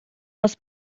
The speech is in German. das